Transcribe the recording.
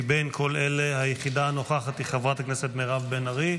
מבין כל אלה היחידה הנוכחת היא חברת הכנסת מירב בן ארי,